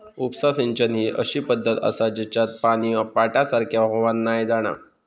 उपसा सिंचन ही अशी पद्धत आसा जेच्यात पानी पाटासारख्या व्हावान नाय जाणा